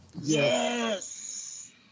Yes